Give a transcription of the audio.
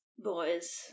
Boys